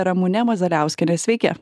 ramune mazaliauskiene sveiki